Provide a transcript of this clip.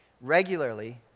Regularly